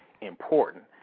important